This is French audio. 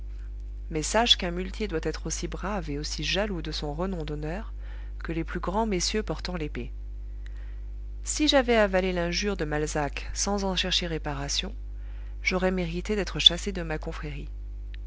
mais sache qu'un muletier doit être aussi brave et aussi jaloux de son renom d'honneur que les plus grands messieurs portant l'épée si j'avais avalé l'injure de malzac sans en chercher réparation j'aurais mérité d'être chassé de ma confrérie